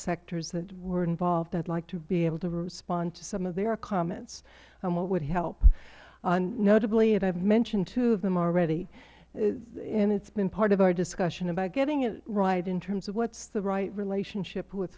sectors that were involved i would like to be able to respond to some of their comments on what would help notably and i have mentioned two of them already and it has been part of our discussion about getting it right in terms of what is the right relationship with